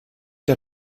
der